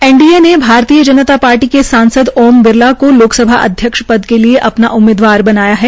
N D A ने Bharatiya Janata Party के सांसद ओम बिरला को लोकसभा अध्यक्ष पद के लिये अपना उम्मीदवार बनाया है